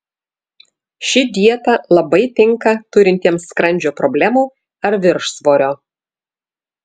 ši dieta labai tinka turintiems skrandžio problemų ar viršsvorio